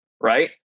right